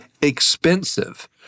expensive